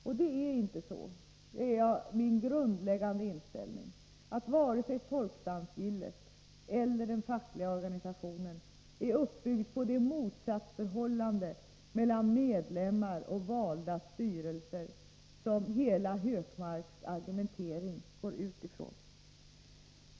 Min grundläggande inställning är att det inte förhåller sig så att vare sig folkdansgillet eller den fackliga organisationen är uppbyggd på ett sådant motsatsförhållande mellan medlemmarna och den valda styrelsen som hela Hökmarks argumentering utgår från.